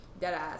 deadass